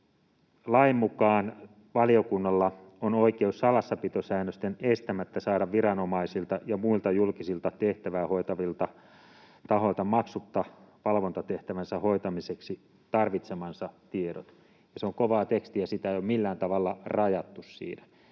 Lain mukaan valiokunnalla on oikeus salassapitosäännösten estämättä saada viranomaisilta ja muilta julkista tehtävää hoitavilta tahoilta maksutta valvontatehtävänsä hoitamiseksi tarvitsemansa tiedot, ja se on kovaa tekstiä, sitä ei ole millään tavalla rajattu siinä.